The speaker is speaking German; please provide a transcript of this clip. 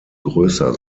größer